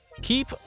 keep